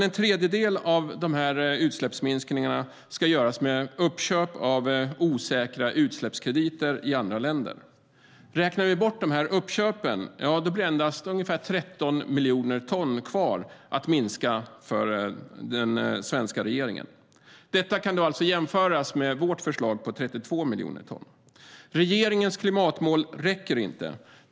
En tredjedel av dessa utsläppsminskningar ska göras genom uppköp av osäkra utsläppskrediter i andra länder. Räknar vi bort dessa uppköp blir det endast 13 miljoner ton kvar att minska för den svenska regeringen. Detta kan jämföras med vårt förslag på 32 miljoner ton. Regeringens klimatmål räcker inte.